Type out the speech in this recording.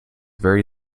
very